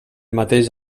mateix